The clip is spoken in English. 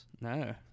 No